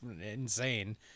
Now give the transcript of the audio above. insane